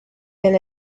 been